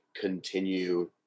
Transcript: continue